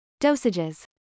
Dosages